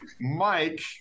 Mike